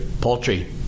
Poultry